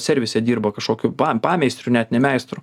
servise dirba kažkokiu pa pameistriu net ne meistru